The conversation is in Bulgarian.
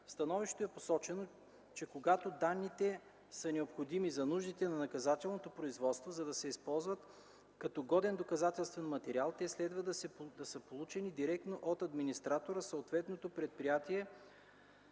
становището е посочено, че когато данните са необходими за нуждите на наказателното производство, за да се използват като годен доказателствен материал, те следва да са получени директно от администратора – съответното предприятие,